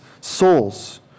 souls